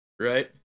right